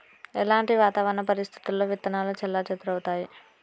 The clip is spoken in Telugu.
ఎలాంటి వాతావరణ పరిస్థితుల్లో విత్తనాలు చెల్లాచెదరవుతయీ?